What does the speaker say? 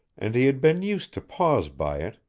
and he had been used to pause by it,